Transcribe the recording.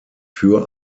für